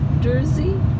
jersey